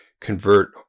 convert